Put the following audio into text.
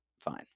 fine